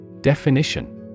Definition